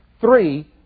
Three